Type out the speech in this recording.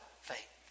faith